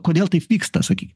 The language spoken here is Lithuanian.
kodėl taip vyksta sakykit